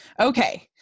Okay